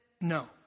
No